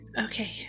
Okay